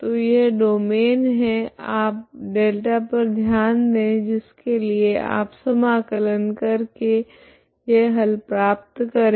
तो यह डोमैन है आप Δ पर ध्यान दे जिसके लिए आप समाकलन कर के यह हल प्राप्त करे